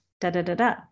da-da-da-da